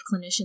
clinicians